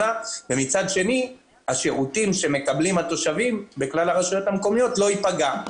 ומצד שני השירותים שמקבלים התושבים ברשויות לא ייפגעו.